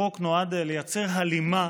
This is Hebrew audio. החוק נועד לייצר הלימה